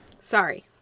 sorry